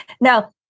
Now